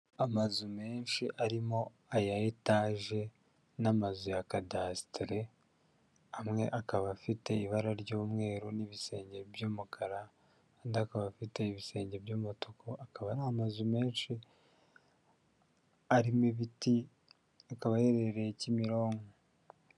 Amazu menshi arimo aya etage n'amazu ya cadasitere, amwe akaba afite ibara ry'umweru n'ibisenge by'umukara, andi akaba afite ibisenge by'umutuku, akaba ari amazu menshi arimo ibiti, akaba herereye Kimironko.